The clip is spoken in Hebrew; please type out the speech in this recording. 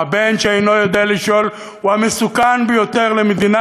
הבן שאינו יודע לשאול הוא המסוכן ביותר למדינה